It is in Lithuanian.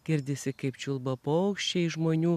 girdisi kaip čiulba paukščiai žmonių